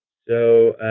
so,